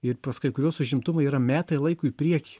ir pas kai kuriuos užimtumai yra metai laiko į priekį